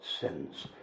sins